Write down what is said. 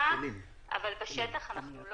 אנחנו מתחילים לכתת רגליים.